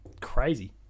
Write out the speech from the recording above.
crazy